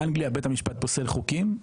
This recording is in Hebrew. באנגליה, בית המשפט פוסל חוקים?